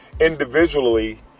individually